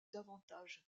davantage